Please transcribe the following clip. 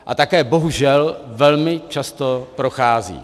A také bohužel velmi často procházejí.